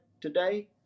today